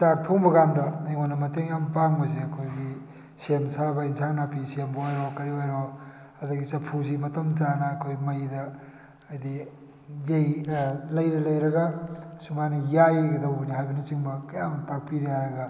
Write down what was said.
ꯆꯥꯛ ꯊꯣꯡꯕ ꯀꯥꯟꯗ ꯑꯩꯉꯣꯟꯗ ꯃꯇꯦꯡ ꯌꯥꯝ ꯄꯥꯡꯕꯁꯦ ꯑꯩꯈꯣꯏꯒꯤ ꯁꯦꯝ ꯁꯥꯕ ꯏꯟꯖꯥꯡ ꯅꯥꯄꯤ ꯁꯦꯝꯕ ꯑꯣꯏꯔꯣ ꯀꯔꯤ ꯑꯣꯏꯔꯣ ꯑꯗꯒꯤ ꯆꯐꯨꯁꯤ ꯃꯇꯝ ꯆꯥꯅ ꯑꯩꯈꯣꯏ ꯃꯩꯗ ꯍꯥꯏꯗꯤ ꯂꯩꯔ ꯂꯩꯔꯒ ꯁꯨꯃꯥꯏꯅ ꯌꯥꯏꯒꯗꯧꯕꯅꯤ ꯍꯥꯏꯕꯅꯆꯤꯡꯕ ꯀꯌꯥ ꯑꯝ ꯇꯥꯛꯄꯤꯔꯦ ꯍꯥꯏꯔꯒ